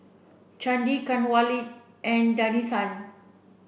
Chandi Kanwaljit and Danesan